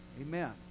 Amen